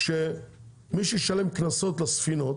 שמי שישלם קנסות לספינות